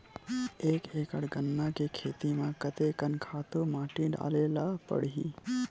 एक एकड़ गन्ना के खेती म कते कन खातु माटी डाले ल पड़ही?